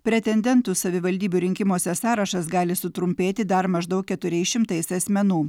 pretendentų savivaldybių rinkimuose sąrašas gali sutrumpėti dar maždaug keturiais šimtais asmenų